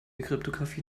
kryptographie